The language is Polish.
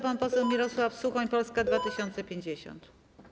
Pan poseł Mirosław Suchoń, Polska 2050.